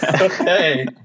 Okay